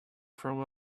from